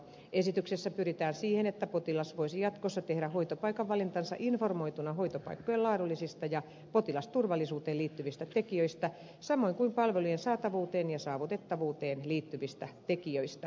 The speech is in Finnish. esityksessä pyritään siihen että potilas voisi jatkossa tehdä hoitopaikkansa valinnan informoituna hoitopaikkojen laadullisista ja potilasturvallisuuteen liittyvistä tekijöistä samoin kuin palvelujen saatavuuteen ja saavutettavuuteen liittyvistä tekijöistä